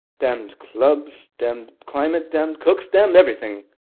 demmed clubs, demmed climate, demmed cooks, demmed everything.